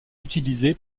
utilisé